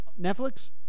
Netflix